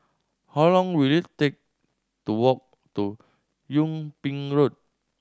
how long will it take to walk to Yung Ping Road